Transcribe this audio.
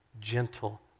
gentle